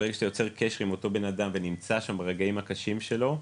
מישהו שיוצר קשר עם אותו בן אדם ונמצא איתו ברגעים הקשים שלו,